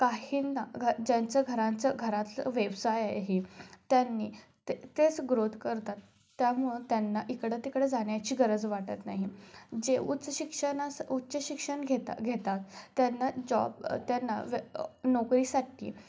काहींना घ ज्यांचं घरांचं घरातलं व्यवसाय आहे त्यांनी ते तेच ग्रोथ करतात त्यामुळं त्यांना इकडं तिकडं जाण्याची गरज वाटत नाही जे उच्च शिक्षणाचं उच्च शिक्षण घेता घेतात त्यांना जॉब त्यांना वे नोकरीसाठी